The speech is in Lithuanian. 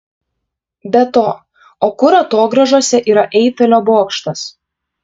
be to o kur atogrąžose yra eifelio bokštas